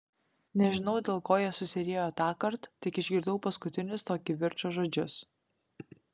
nežinau dėl ko jie susiriejo tąkart tik išgirdau paskutinius to kivirčo žodžius